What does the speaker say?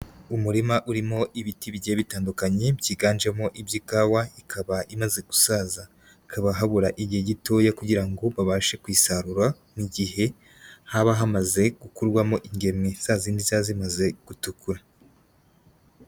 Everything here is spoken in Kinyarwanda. Umurima urimo ibiti bigiye bitandukanye byiganjemo iby'ikawa ikaba imaze gusaza, hakaba habura igihe gitoya kugira ngo babashe kuyisarura mu gihe haba hamaze gukurwamo ingemwe zazindi ziba zimaze gutukura.